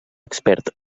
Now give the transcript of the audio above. expert